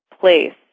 place